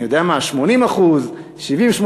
80%-70%,